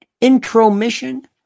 intromission